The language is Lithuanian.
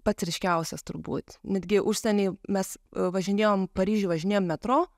pats ryškiausias turbūt netgi užsieny mes važinėjom paryžiuj važinėjom metro